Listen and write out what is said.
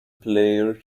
player